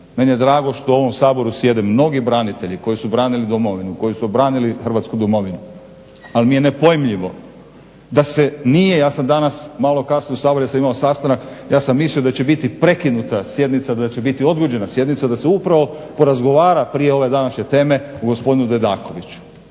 Meni je drago što u ovom Saboru sjede mnogi branitelji koji su branili Domovinu, koji su obranili Hrvatsku domovinu ali mi je nepojmljivo da se nije, ja sam danas malo kasnio u Sabor jer sam imao sastanak, ja sam mislio da će biti prekinuta sjednica, da će biti odgođena sjednica da se upravo porazgovara prije ove današnje teme o gospodinu Dedakoviću